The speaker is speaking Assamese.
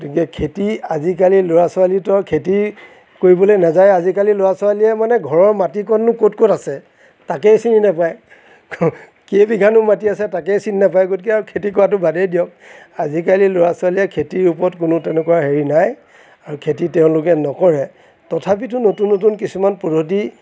গতিকে খেতি আজিকালিৰ ল'ৰা ছোৱালীৰটো আৰু খেতি কৰিবলৈ নাযায় আজিকালিৰ ল'ৰা ছোৱালীয়ে মানে ঘৰৰ মাটিকণনো ক'ত ক'ত আছে তাকেই চিনি নাপায় কেইবিঘানো মাটি আছে তাকেই চিনি নাপায় গতিকে আৰু খেতি কৰাটো বাদেই দিয়ক আজিকালিৰ ল'ৰা ছোৱালীয়ে খেতিৰ ওপৰত কোনো তেনেকুৱা হেৰি নাই আৰু খেতি তেওঁলোকে নকৰে তথাপিতো নতুন নতুন কিছুমান পদ্ধতি